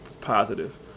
positive